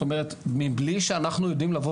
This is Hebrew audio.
זאת אומרת מבלי שאנחנו יודעים לבוא